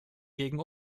gegen